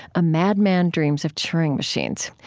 a madman dreams of turing machines.